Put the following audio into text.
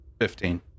Fifteen